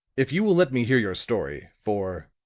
if you will let me hear your story for,